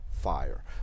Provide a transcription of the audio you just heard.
fire